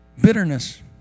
Bitterness